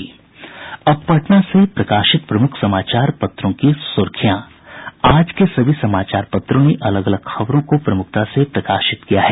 अब पटना से प्रकाशित प्रमुख समाचार पत्रों की सुर्खियां आज के सभी समाचार पत्रों ने अलग अलग खबरों को प्रमुखता से प्रकाशित किया है